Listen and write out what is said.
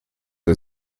der